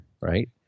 right